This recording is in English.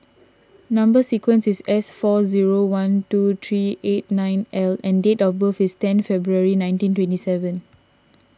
Number Sequence is S four zero one two three eight nine L and date of birth is ten February nineteen twenty seven